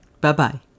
Bye-bye